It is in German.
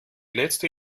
letzte